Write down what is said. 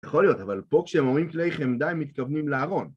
יכול להיות, אבל פה כשהם אומרים כלי חמדה הם מתכוונים לארון.